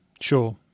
sure